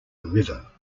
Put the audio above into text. river